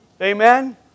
Amen